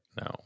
No